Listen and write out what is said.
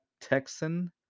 Texan